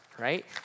right